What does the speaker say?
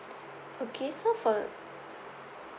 okay so for